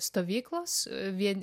stovyklos vien